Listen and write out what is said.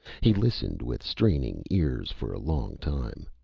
he listened with straining ears for a long time.